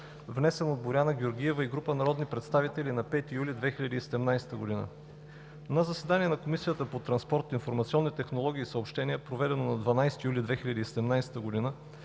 внесен от Боряна Георгиева и група народни представители на 5 юли 2017 г. На заседание на Комисията по транспорт, информационни технологии и съобщения, проведено на 12 юли 2017 г.,